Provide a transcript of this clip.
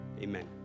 Amen